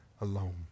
alone